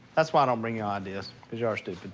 that's why i don't bring y'all ideas, cause you are stupid.